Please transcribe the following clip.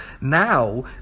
Now